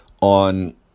on